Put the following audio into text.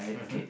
mmhmm